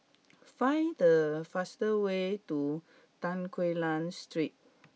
find the fast way to Tan Quee Lan Street